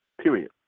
Period